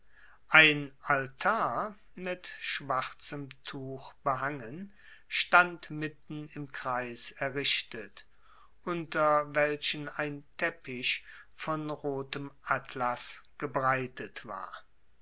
ein altar mit schwarzem tuch behangen stand mitten im kreis errichtet unter welchen ein teppich von rotem atlas gebreitet war